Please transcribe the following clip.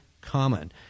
common